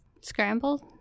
Scrambled